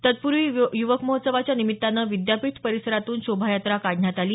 तत्पूर्वी युवक महोत्सवाच्या निमित्तानं विद्यापीठ परिसरातून शोभायात्रा काढण्यात आली